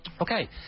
Okay